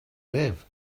live